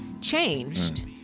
changed